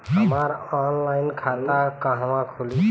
हमार ऑनलाइन खाता कहवा खुली?